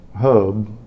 hub